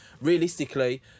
Realistically